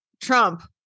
Trump